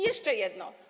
Jeszcze jedno.